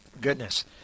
goodness